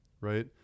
right